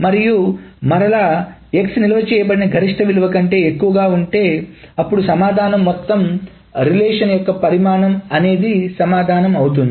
మరియు మరలా x నిల్వ చేయబడిన గరిష్ట విలువ కంటే ఎక్కువగా ఉంటే అప్పుడు సమాధానం మొత్తం రిలేషన్ రిలేషన్ యొక్క పరిమాణం అనేది సమాధానం అవుతుంది